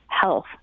health